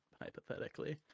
hypothetically